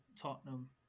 Tottenham